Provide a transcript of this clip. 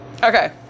Okay